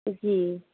जी